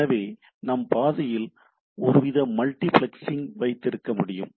எனவே நாம் பாதையில் ஒருவித மல்டிபிளெக்சிங் வைத்திருக்க முடியும்